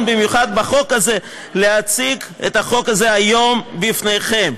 במיוחד בחוק הזה להציג חוק זה היום בפניכם".